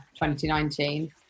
2019